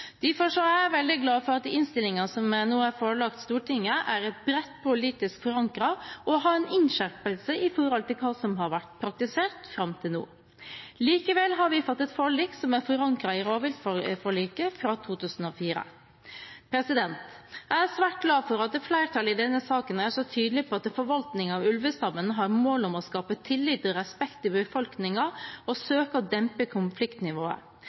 Derfor er jeg veldig glad for at innstillingen som nå er forelagt Stortinget, er bredt politisk forankret og har en innskjerpelse i forhold til hva som har vært praktisert fram til nå. Likevel har vi fått et forlik som er forankret i rovviltforliket fra 2004. Jeg er svært glad for at flertallet i denne saken er så tydelig på at forvaltningen av ulvestammen har mål om å skape tillit og respekt i befolkningen og søke å dempe konfliktnivået.